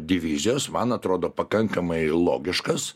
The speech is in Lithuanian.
divizijos man atrodo pakankamai logiškas